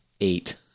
eight